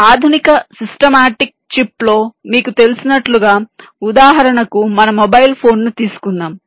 కానీ ఆధునిక సిస్టమాటిక్ చిప్లో మీకు తెలిసినట్లుగా ఉదాహరణకు మన మొబైల్ ఫోన్ను తీసుకుందాం